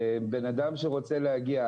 בנאדם שרוצה להגיע,